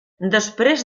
després